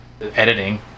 editing